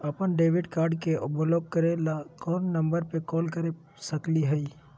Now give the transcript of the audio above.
अपन debit card के block करे ला कौन नंबर पे कॉल कर सकली हई?